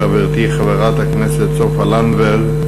חברתי חברת הכנסת סופה לנדבר,